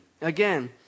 again